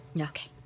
Okay